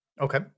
Okay